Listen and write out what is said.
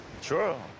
Sure